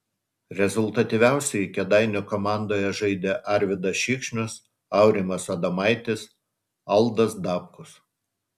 rezultatyviausiai kėdainių komandoje žaidė arvydas šikšnius aurimas adomaitis aldas dabkus